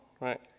Right